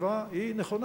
התשובה היא: נכון.